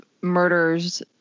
murders